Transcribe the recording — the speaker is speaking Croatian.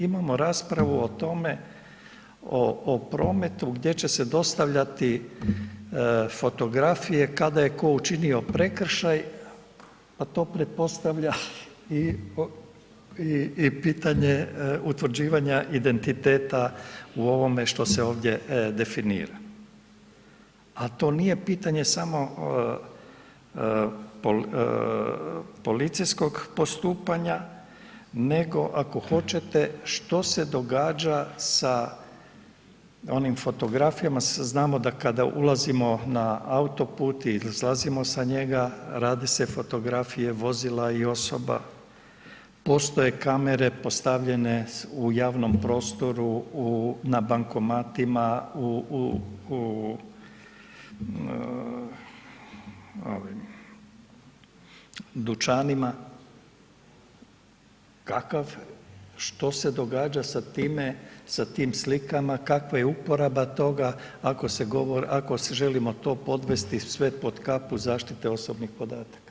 Imamo raspravu o tome, o prometu gdje će se dostavljati fotografije kada je tko učinio prekršaj a to pretpostavlja i pitanje utvrđivanja identiteta u ovom što se ovdje definira a to nije pitanje samo policijskog postupanja nego ako hoćete što se događa sa onim fotografijama, sad znamo da kada ulazimo na autoput ili izlazimo sa njega, radi se fotografije vozila i osoba, postoje kamere postavljene u javnom prostoru, na bankomatima, u dućanima, što se događa sa tim slikama, kakva je uporaba toga ako se želimo to podvesti sve pod kapu zaštite osobnih podataka?